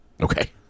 Okay